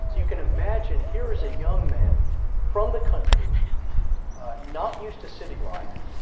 you can imagine here is a young man from the country not used to city life,